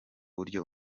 buryo